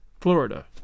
Florida